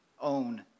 own